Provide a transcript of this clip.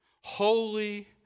holy